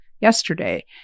yesterday